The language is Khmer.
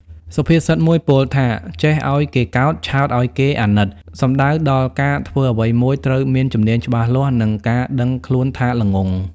សុភាសិតមួយពោលថា ចេះឲ្យគេកោត ឆោតឲ្យគេអាណិត សំដៅដល់ការធ្វើអ្វីមួយត្រូវមានជំនាញច្បាស់លាស់ និងការដឹងខ្លួនថាល្ងង់ ។